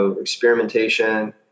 experimentation